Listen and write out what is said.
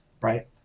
right